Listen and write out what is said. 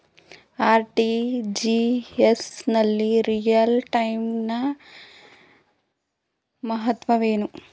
RTGS ನಲ್ಲಿ real time ನ ಮಹತ್ವವೇನು?